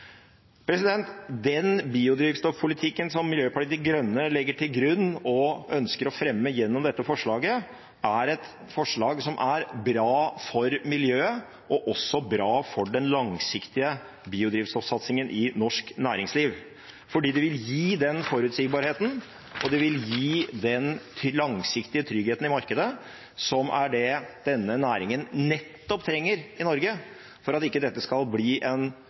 Den biodrivstoffpolitikken som Miljøpartiet De Grønne legger til grunn og ønsker å fremme gjennom dette forslaget, er bra for miljøet og også bra for den langsiktige biodrivstoffsatsingen i norsk næringsliv, fordi det vil gi den forutsigbarheten og den langsiktige tryggheten i markedet som denne næringen nettopp trenger i Norge, for at ikke dette skal bli en